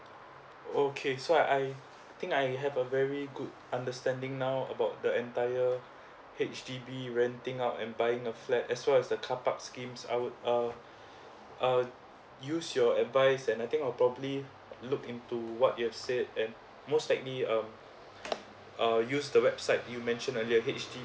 okay so I think I have a very good understanding now about the entire H_D_B renting out and buying a flat as well as the car park schemes I would uh uh use your advice and I think I'll probably look into what you've said and most likely um uh use the website you mentioned earlier H_D_B